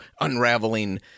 unraveling